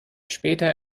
später